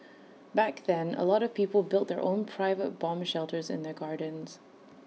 back then A lot of people built their own private bomb shelters in their gardens